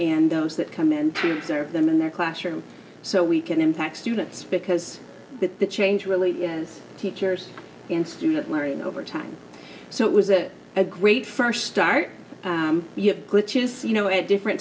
and those that come and serve them in their classroom so we can in fact students because the change really is teachers and student learning over time so it was it a great first start glitches you know at different